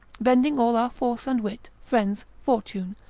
bending all our force and wit, friends, fortune,